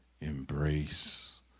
embrace